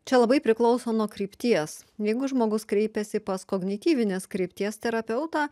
čia labai priklauso nuo krypties jeigu žmogus kreipiasi pas kognityvinės krypties terapeutą